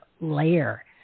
layer